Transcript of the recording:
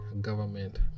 government